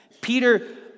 Peter